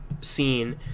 scene